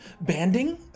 Banding